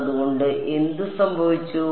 അതുകൊണ്ട് എന്തു സംഭവിച്ചു